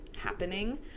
happening